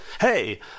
hey